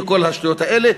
וכל השטויות האלה.